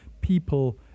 people